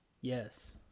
Yes